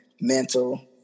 mental